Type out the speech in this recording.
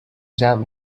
جمع